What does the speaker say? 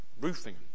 roofing